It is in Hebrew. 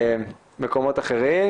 נעבור למקומות אחרים.